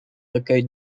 recueil